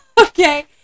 Okay